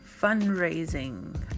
fundraising